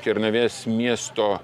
kernavės miesto